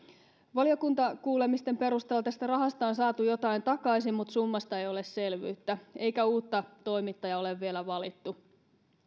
valiokuntakuulemisten perusteella tästä rahasta on saatu jotain takaisin mutta summasta ei ole selvyyttä eikä uutta toimittajaa ole vielä valittu